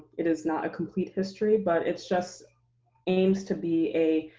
it is not a complete history, but it just aims to be a,